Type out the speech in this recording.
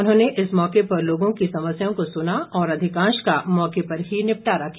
उन्होंने इस मौके पर लोगों की समस्याओं को सुना और अधिकांश का मौके पर ही निपटारा किया